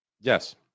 Yes